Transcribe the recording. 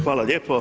Hvala lijepo.